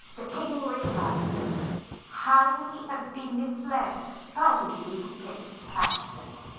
the king realizes how he has been misled by these evil papist councillors.